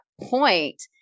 point